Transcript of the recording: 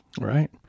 Right